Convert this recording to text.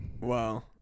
Wow